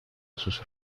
sus